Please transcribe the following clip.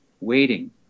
waiting